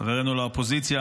חברנו לאופוזיציה.